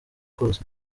kose